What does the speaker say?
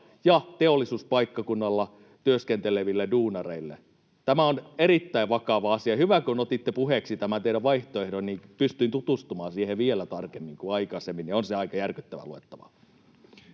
ja teollisuuspaikkakunnalla työskenteleville duunareille. Tämä on erittäin vakava asia. Hyvä, kun otitte puheeksi tämän teidän vaihtoehtonne, niin pystyin tutustumaan siihen vielä tarkemmin kuin aikaisemmin, ja on se aika järkyttävää luettavaa.